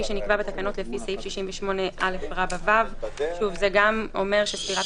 שנקבע בתקנות לפי סעיף 68א(ו)." זה גם אומר שספירת